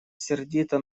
сердита